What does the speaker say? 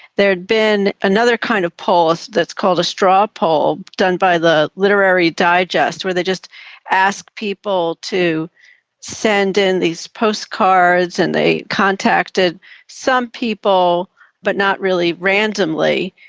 there had been another kind of poll that's called a straw done by the literary digest where they just ask people to send in these postcards and they contacted some people but not really randomly.